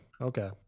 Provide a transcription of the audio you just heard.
Okay